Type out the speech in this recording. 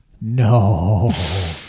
No